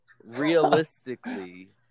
realistically